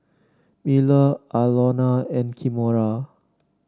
Miller Aloma and Kimora